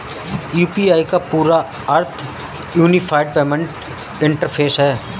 UPI का पूरा अर्थ यूनिफाइड पेमेंट इंटरफ़ेस है